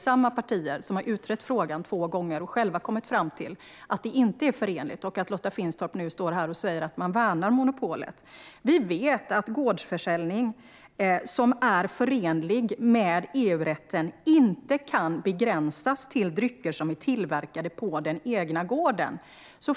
Samma partier har utrett frågan två gånger och har själva kommit fram till att gårdsförsäljning inte är förenlig med monopolet, men nu står Lotta Finstorp här och säger att man värnar monopolet. Vi vet att för att gårdsförsäljning ska vara förenlig med EU-rätten kan den inte begränsas till drycker som enbart är tillverkade på den egna gården.